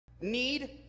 need